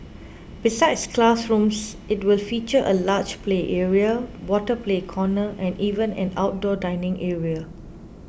besides classrooms it will feature a large play area water play corner and even an outdoor dining area